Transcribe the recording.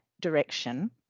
direction